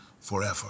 forever